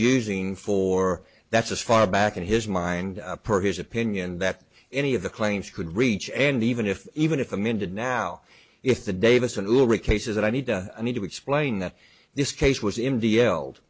using for that's just far back in his mind per his opinion that any of the claims could reach and even if even if amended now if the davis and little rick cases that i need to i need to explain that this case was indeed yelled